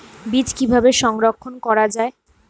বীজ কিভাবে সংরক্ষণ করা যায়?